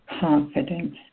confidence